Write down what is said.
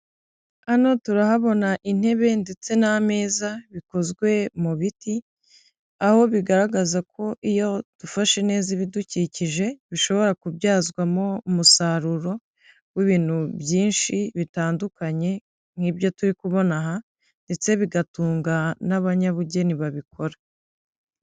Hano turahabona intebe ndetse n'ameza bikozwe mu biti, aho bigaragaza ko iyo dufashe neza ibidukikije bishobora kubyazwamo umusaruro w'ibintu byinshi bitandukanye, nk'ibyo turi kubona aha ndetse bigatunga n'abanyabugeni babikora.